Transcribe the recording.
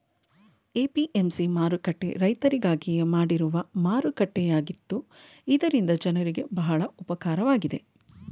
APMC ಮಾರುಕಟ್ಟೆ ರೈತರಿಗಾಗಿಯೇ ಮಾಡಿರುವ ಮಾರುಕಟ್ಟೆಯಾಗಿತ್ತು ಇದರಿಂದ ಜನರಿಗೆ ಬಹಳ ಉಪಕಾರವಾಗಿದೆ